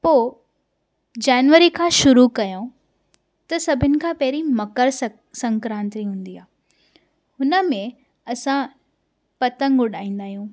पोइ जैनवरी खां शुरू कयूं त सभिनि खां पहिरियों मकर संक्राति ईंदी आहे हुन में असां पतंग उॾाईंदा आहियूं